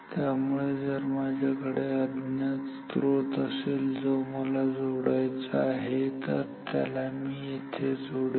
त्यामुळे जर माझ्याकडे अज्ञात स्त्रोत असेल जो मला मोजायचा आहे तर मी त्याला येथे जोडेल